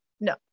no